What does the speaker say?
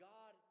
God